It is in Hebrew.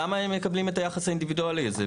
למה הן מקבלות את היחס האינדיבידואלי הזה?